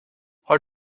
her